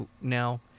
now